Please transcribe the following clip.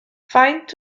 faint